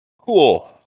Cool